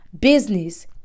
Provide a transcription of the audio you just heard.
business